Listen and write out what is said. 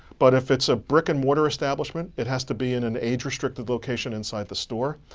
but if it's a brick and mortar establishment, it has to be in an age-restricted location inside the store.